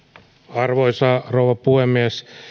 arvoisa rouva puhemies